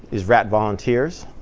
his rat volunteers.